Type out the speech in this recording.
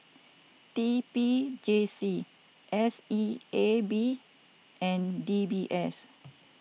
T P J C S E A B and D B S